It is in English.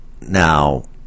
Now